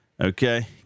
Okay